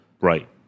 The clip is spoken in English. right